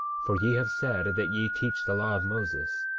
for ye have said that ye teach the law of moses.